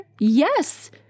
Yes